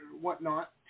whatnot